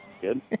Good